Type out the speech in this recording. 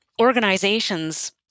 organizations